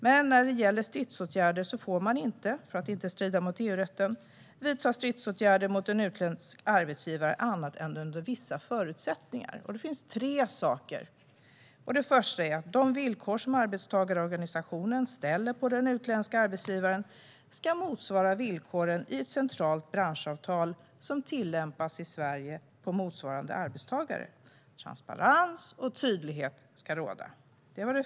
Men när det gäller stridsåtgärder får man inte, för att inte strida mot EU-rätten, vidta stridsåtgärder mot en utländsk arbetsgivare annat än under vissa förutsättningar. För det första: De villkor som arbetstagarorganisationen ställer på den utländska arbetsgivaren ska motsvara villkoren i ett centralt branschavtal som tillämpas i Sverige på motsvarande arbetstagare. Transparens och tydlighet ska råda.